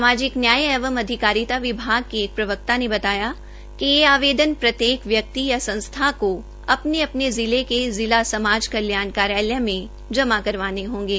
सामाजिक न्याय एवं अधिकारिता विभाग के एक प्रवक्ता ने बताया कि ये आवेदन प्रत्येक व्यक्ति या संस्था को अपने अपने जिला के जिला समाज कल्याण कार्यालय में जमा करवाने होंगे